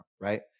right